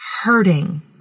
hurting